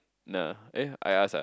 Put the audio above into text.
nah eh I ask ah